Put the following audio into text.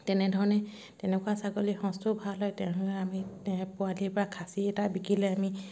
তেনেধৰণে তেনেকুৱা ছাগলী সঁচটোও ভাল হয় তেনেহ'লে আমি পোৱালিৰ পৰা খাচি এটা বিকিলে আমি